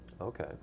Okay